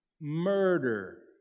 murder